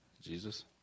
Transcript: Jesus